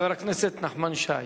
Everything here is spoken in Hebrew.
חבר הכנסת נחמן שי,